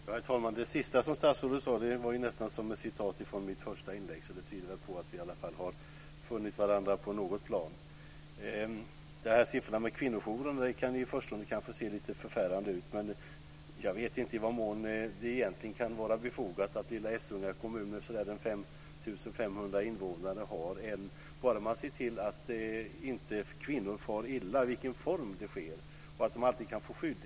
Herr talman! Det sista som statsrådet sade var nästan som ett citat ur mitt första inlägg. Det tyder på att vi i alla fall har funnit varandra på något plan. Siffrorna om antalet kvinnojourer kan kanske i förstone se lite förfärande ut, men jag vet inte hur mycket det egentligen kan vara befogat att lilla Essunga kommun med ca 5 500 invånare ska ha en kvinnojour. Det gäller att se till att kvinnor inte far illa. Det allra viktigaste är inte i vilken form det sker utan att kvinnorna alltid kan få skydd.